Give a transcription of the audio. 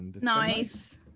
nice